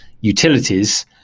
utilities